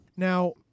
Now